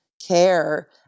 care